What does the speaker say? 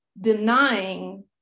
Denying